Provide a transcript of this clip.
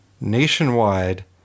nationwide